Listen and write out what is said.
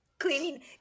Cleaning